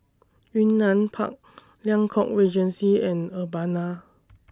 Yunnan Park Liang Court Regency and Urbana